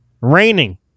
Raining